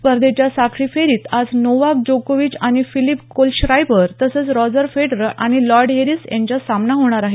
स्पर्धेच्या साखळी फेरीत आज नोवाक जोकोविच आणि फिलीप कोलश्राइबर तसंच रॉजर फेडरर आणि लॉयड हॅरिस यांच्यात सामना होणार आहे